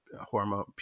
hormone